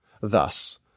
Thus